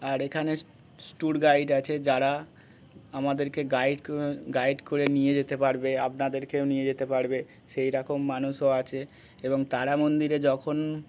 আর এখানে tour guide আছে যারা আমাদেরকে গাইড গাইড করে নিয়ে যেতে পারবে আপনাদেরকেও নিয়ে যেতে পারবে সেই রকম মানুষও আছে এবং তারা মন্দিরে যখন